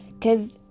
cause